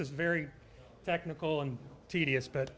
is very technical and tedious b